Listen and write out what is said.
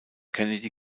kennedy